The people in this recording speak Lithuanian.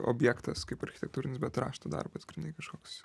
objektas kaip architektūrinis bet rašto darbas grynai kažkoks